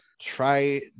try